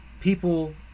people